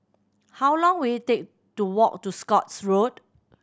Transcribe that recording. how long will it take to walk to Scotts Road